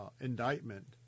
indictment